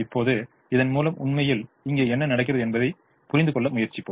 இப்போது இதன் மூலம் உண்மையில் இங்கே என்ன நடக்கிறது என்பதைப் புரிந்துகொள்ள முயற்சிபோம்